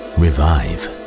revive